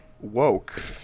woke